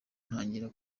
ntangira